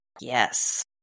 Yes